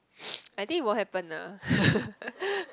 I think it won't happen ah